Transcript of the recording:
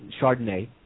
Chardonnay